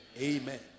Amen